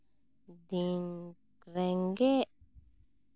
ᱫᱤᱱ ᱨᱮᱸᱜᱮᱡ